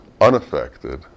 unaffected